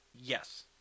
Yes